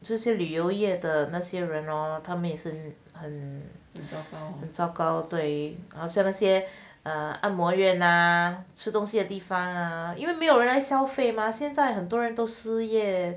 这些旅游业的那些人 loh 他们也是糟糕对这些些按摩院啊吃东西的地方因为没有人来消费 mah 现在很多人都失业